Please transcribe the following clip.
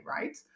right